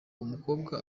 umukobwa